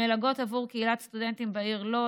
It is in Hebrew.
מלגות עבור קהילת סטודנטים בעיר לוד.